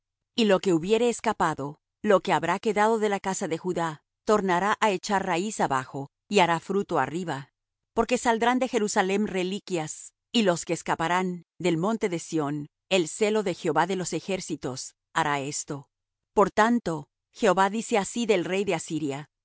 y lo que hubiere escapado lo que habrá quedado de la casa de judá tornará á echar raíz abajo y hará fruto arriba porque saldrán de jerusalem reliquias y los que escaparán del monte de sión el celo de jehová de los ejércitos hará esto por tanto jehová dice así del rey de asiria no